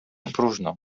próżno